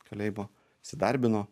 kalėjimo įsidarbino